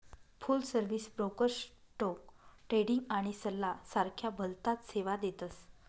फुल service broker stock trading आणि सल्ला सारख्या भलताच सेवा देतस